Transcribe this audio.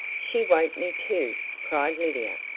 she woke me, too, cried lydia,